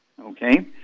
Okay